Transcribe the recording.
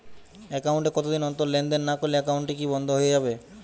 Account এ কতদিন অন্তর লেনদেন না করলে একাউন্টটি কি বন্ধ হয়ে যাবে?